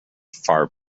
far